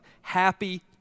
happy